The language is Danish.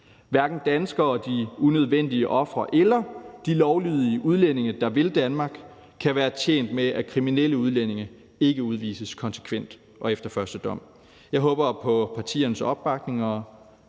Hverken danskerne, de unødvendige ofre eller de lovlydige udlændinge, der vil Danmark, kan være tjent med, at kriminelle udlændinge ikke udvises konsekvent og efter første dom. Jeg håber på partiernes opbakning,